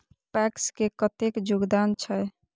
PACS के कतेक योगदान छै?